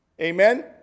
Amen